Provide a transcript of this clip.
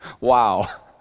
Wow